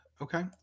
Okay